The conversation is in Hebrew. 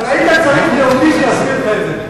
אבל היית צריך יהודי כדי שיסביר לך את זה.